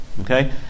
Okay